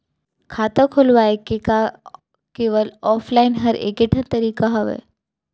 खाता खोलवाय के का केवल ऑफलाइन हर ऐकेठन तरीका हवय?